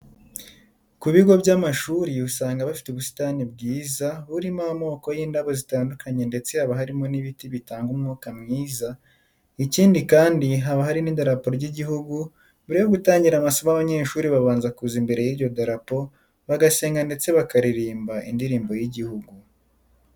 Ku bigo by'amashuri usanga bifite ubusitani bwiza burimo amoko y'indabo zitandukanye ndetse haba harimo n'ibiti bitanga umwuka mwiza, ikindi kandi haba hari n'idarapo ry'igihugu, mbere yo gutangira amasomo abanyeshuri babanza kuza imbere y'iryo darapo bagasenga ndetse bakaririmba indirimbo y'igihugu.